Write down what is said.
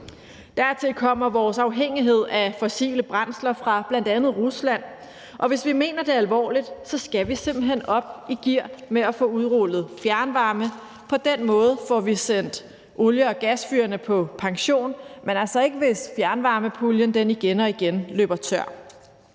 Dertil kommer vores afhængighed af fossile brændsler fra bl.a. Rusland, og hvis vi mener det alvorligt, skal vi simpelt hen op i gear med at få udrullet fjernvarme. På den måde får vi sendt olie- og gasfyrene på pension, men altså ikke hvis fjernvarmepuljen igen og igen løber tør.